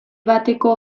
bateko